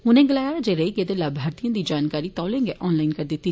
उनें गलाया जे रेई गेदे लाभार्थिएं दी जानकारी तौले गै ऑन लाईन करी दित्ती